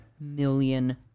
million